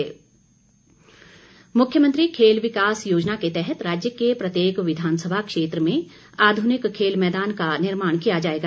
खेल मैदान मुख्यमंत्री खेल विकास योजना के तहत राज्य के प्रत्येक विधानसभा क्षेत्र में आधुनिक खेल मैदान का निर्माण किया जाएगा